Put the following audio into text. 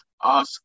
awesome